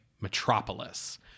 Metropolis